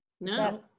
No